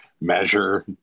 measure